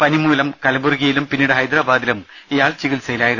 പനിമൂലം കലബുറിഗിയിലും പിന്നീട് ഹൈദരബാദിലും ഇയാൾ ചികിത്സയിലായിരുന്നു